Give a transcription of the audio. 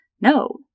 No